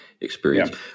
experience